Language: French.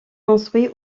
construit